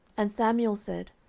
and samuel said,